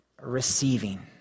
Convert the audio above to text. receiving